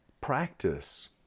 practice